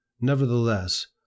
Nevertheless